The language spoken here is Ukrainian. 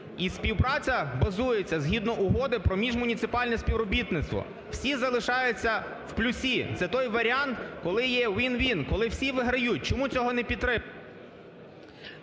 і співпраця базується згідно угоди про міжмуніципальне співробітництво. Всі залишаються в плюсі. Це той варіант, коли є win–win, коли всі виграють. Чому цього не…